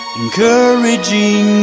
encouraging